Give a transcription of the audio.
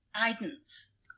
guidance